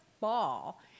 ball